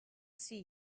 see